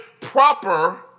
proper